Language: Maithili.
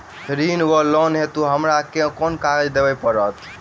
ऋण वा लोन हेतु हमरा केँ कागज देबै पड़त?